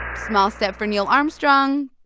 small step for neil armstrong,